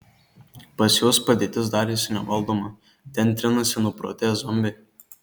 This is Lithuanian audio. pas juos padėtis darėsi nevaldoma ten trinasi nuprotėję zombiai